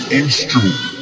instrument